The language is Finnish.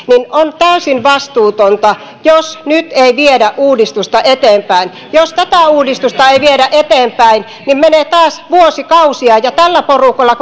niin on täysin vastuutonta jos nyt ei viedä uudistusta eteenpäin jos tätä uudistusta ei viedä eteenpäin menee taas vuosikausia ja tällä porukalla